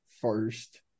first